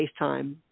FaceTime